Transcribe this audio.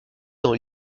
dans